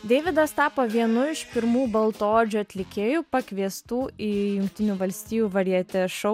deividas tapo vienu iš pirmų baltaodžių atlikėjų pakviestų į jungtinių valstijų varjete šou